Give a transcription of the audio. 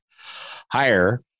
higher